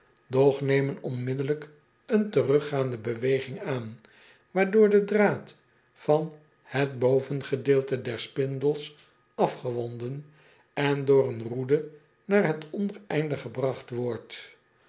nemen onmiddellijk een teruggaande beweging aan waardoor de draad van het bovengedeelte der spindels afgewonden en door een roede naar het ondereinde gebragt wordt